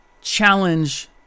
challenge